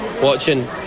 watching